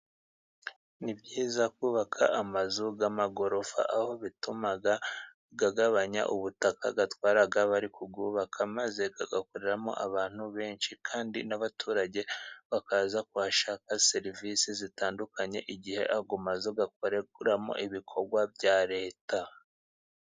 Ni byiza kubaka amazu y'amagorofa aho bituma agabanya ubutaka atwara bari kuyubaka ,maze agakoreramo abantu benshi kandi n'abaturage bakaza kuhashaka serivisi zitandukanye, igihe ayo mazu akoreramo ibikorwa bya Leta.